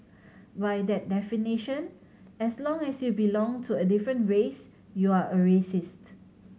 by that definition as long as you belong to a different race you are a racist